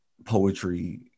poetry